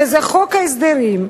שזה חוק ההסדרים,